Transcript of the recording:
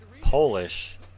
Polish